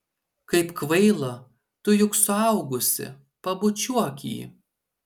kaip kvaila tu juk suaugusi pabučiuok jį